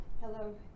Hello